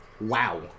Wow